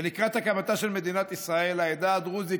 ולקראת הקמתה של מדינת ישראל העדה הדרוזית